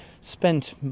spent